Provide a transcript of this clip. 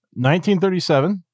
1937